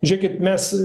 žiūrėkit mes